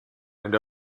and